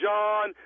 John